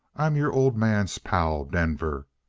i'm your old man's pal, denver!